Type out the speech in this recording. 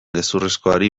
gezurrezkoari